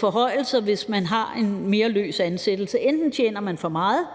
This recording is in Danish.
forhøjelser, hvis man har en mere løs ansættelse. Enten tjener man for meget